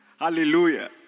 Hallelujah